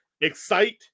excite